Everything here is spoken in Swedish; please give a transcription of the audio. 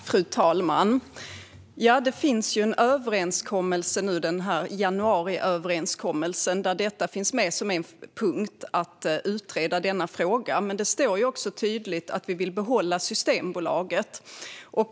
Fru talman! En av punkterna i januariöverenskommelsen är att utreda denna fråga. Men det står också tydligt att vi vill behålla Systembolaget.